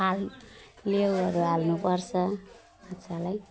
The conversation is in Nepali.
हाल् लेउहरू हाल्नुपर्छ माछालाई